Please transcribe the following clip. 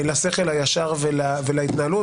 לשכל הישר ולהתנהלות.